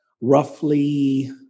roughly